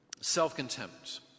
self-contempt